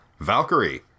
Valkyrie